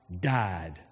died